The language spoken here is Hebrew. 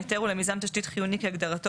ההיתר הוא למיזם תשתית חיוני כהגדרתו